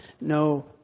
no